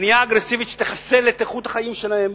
בנייה אגרסיבית שתחסל את איכות החיים שלהם.